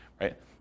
right